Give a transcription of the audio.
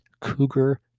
Cougar